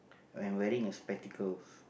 and wearing a spectacles